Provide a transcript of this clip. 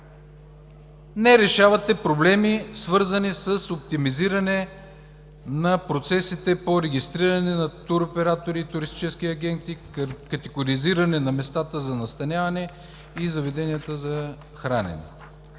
Не решавате проблеми, свързани с оптимизиране на процесите по регистриране на туроператори, туристически агенти, категоризиране на местата за настаняване и заведенията за хранене.